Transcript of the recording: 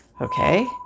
okay